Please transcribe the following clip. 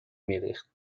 میریخت